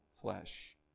flesh